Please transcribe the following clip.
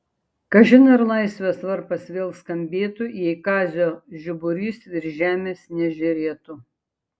kažin ar laisvės varpas vėl skambėtų jei kazio žiburys virš žemės nežėrėtų